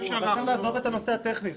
לעזוב את הנושא הטכני.